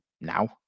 now